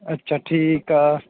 ਅੱਛਾ ਠੀਕ ਆ